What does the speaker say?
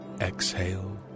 Exhale